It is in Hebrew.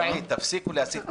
קרעי, תפסיקו להסית.